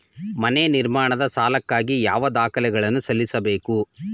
ಮನೆ ನಿರ್ಮಾಣದ ಸಾಲಕ್ಕಾಗಿ ಯಾವ ದಾಖಲೆಗಳನ್ನು ಸಲ್ಲಿಸಬೇಕು?